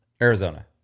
arizona